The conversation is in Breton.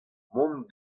mont